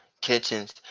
Kitchens